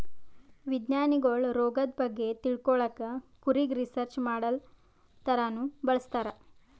ವಿಜ್ಞಾನಿಗೊಳ್ ರೋಗದ್ ಬಗ್ಗೆ ತಿಳ್ಕೊಳಕ್ಕ್ ಕುರಿಗ್ ರಿಸರ್ಚ್ ಮಾಡಲ್ ಥರಾನೂ ಬಳಸ್ತಾರ್